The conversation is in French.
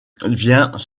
vient